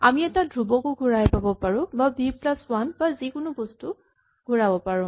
আমি এটা ধ্ৰুৱকো ঘূৰাব পাৰো বা ভি প্লাচ ৱান বা যিকোনো বস্তু ঘূৰাব পাৰো